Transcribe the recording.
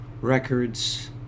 records